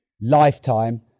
lifetime